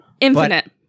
infinite